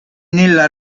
nella